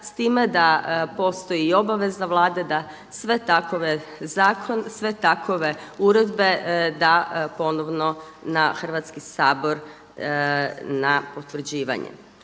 s time da postoji i obaveza Vlade da sve takve zakone, sve takve uredbe da ponovno na Hrvatski sabor na potvrđivanje.